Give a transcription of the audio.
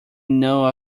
know